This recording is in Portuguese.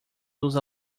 dos